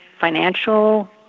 financial